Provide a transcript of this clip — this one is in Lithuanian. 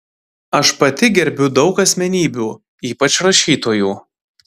aš pati gerbiu daug asmenybių ypač rašytojų